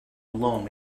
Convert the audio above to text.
alone